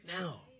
now